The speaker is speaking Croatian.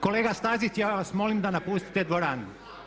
Kolega Stazić ja vas molim da napustite dvoranu!